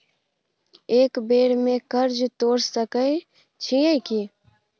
एक बेर में कर्जा तोर सके छियै की?